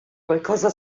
qualcosa